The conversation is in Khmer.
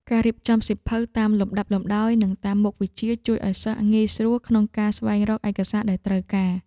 ការរៀបចំសៀវភៅតាមលំដាប់លំដោយនិងតាមមុខវិជ្ជា ជួយឱ្យសិស្សងាយស្រួលក្នុងការស្វែងរកឯកសារដែលត្រូវការ។